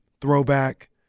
Throwback